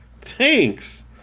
Thanks